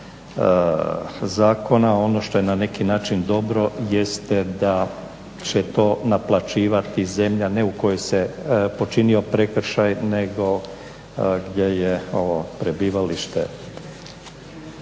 vezi ovoga zakona ono što je na neki način dobro jeste da će to naplaćivati zemlja ne u kojoj se počinio prekršaj nego gdje je ovo prebivalište